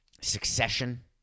Succession